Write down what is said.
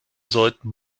sollten